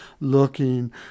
looking